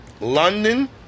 london